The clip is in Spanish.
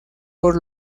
por